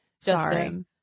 Sorry